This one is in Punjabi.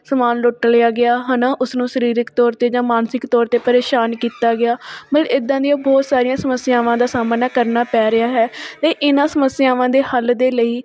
ਸਮਾਨ ਲੁੱਟ ਲਿਆ ਗਿਆ ਹੈ ਨਾ ਉਸਨੂੰ ਸਰੀਰਕ ਤੌਰ 'ਤੇ ਜਾਂ ਮਾਨਸਿਕ ਤੌਰ 'ਤੇ ਪਰੇਸ਼ਾਨ ਕੀਤਾ ਗਿਆ ਮਤਲਬ ਇੱਦਾਂ ਦੀਆਂ ਬਹੁਤ ਸਾਰੀਆਂ ਸਮੱਸਿਆਵਾਂ ਦਾ ਸਾਹਮਣਾ ਕਰਨਾ ਪੈ ਰਿਹਾ ਹੈ ਅਤੇ ਇਹਨਾਂ ਸਮੱਸਿਆਵਾਂ ਦੇ ਹੱਲ ਦੇ ਲਈ